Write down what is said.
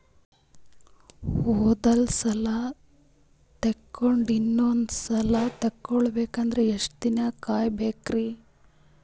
ಒಂದ್ಸಲ ಸಾಲ ತಗೊಂಡು ಇನ್ನೊಂದ್ ಸಲ ಸಾಲ ತಗೊಬೇಕಂದ್ರೆ ಎಷ್ಟ್ ದಿನ ಕಾಯ್ಬೇಕ್ರಿ?